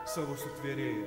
savo sutvėrėją